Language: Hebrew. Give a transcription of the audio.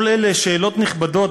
כל אלה שאלות נכבדות,